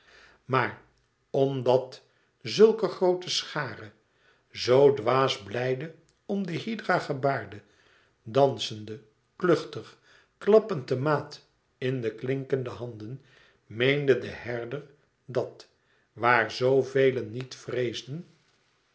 maar omdat zulke groote schare zoo dwaas blijde om de hydra gebaarde dansende kluchtig klappend de maat in de klinkende handen meende de herder dat waar zoo velen niet vreesden